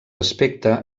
aspecte